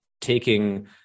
taking